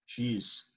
jeez